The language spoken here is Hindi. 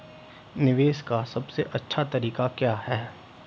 निवेश का सबसे अच्छा तरीका क्या है?